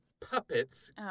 puppets